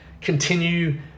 continue